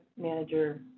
manager